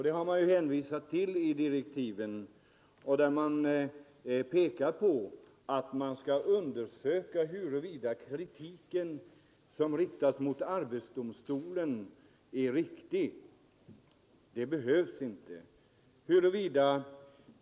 Det har man hänvisat till i direktiven, där man framhållit att utredningen skall undersöka huruvida den kritik som riktats mot arbetsdomstolen är riktig. Det behövs inte.